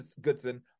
Goodson